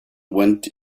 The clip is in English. went